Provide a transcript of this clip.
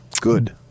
good